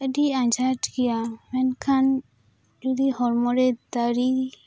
ᱟᱹᱰᱤ ᱟᱡᱷᱟᱴ ᱜᱮᱭᱟ ᱢᱮᱱᱠᱷᱟᱱ ᱡᱩᱫᱤ ᱦᱚᱲᱢᱚ ᱨᱮ ᱫᱟᱲᱮ